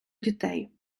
дітей